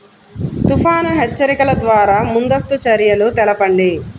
తుఫాను హెచ్చరికల ద్వార ముందస్తు చర్యలు తెలపండి?